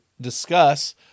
discuss